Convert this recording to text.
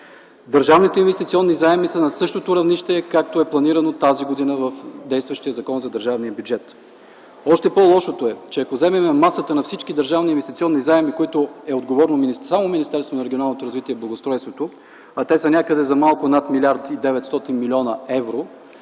Държавните инвестиционни заеми са на същото равнище, каквото е планирано тази година в действащия Закон за държавния бюджет. Още по-лошото е, че ако вземем масата на всички държавни инвестиционни заеми, за които е отговорно само Министерството на регионалното развитие и благоустройството, а те са някъде за малко над 1 млрд.